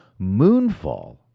Moonfall